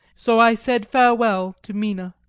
so i said farewell to mina,